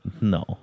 No